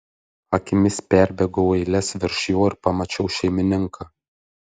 akimis perbėgau eiles virš jo ir pamačiau šeimininką